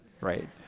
right